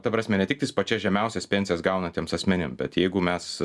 ta prasme ne tiktais pačias žemiausias pensijas gaunantiems asmenim bet jeigu mes